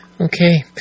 Okay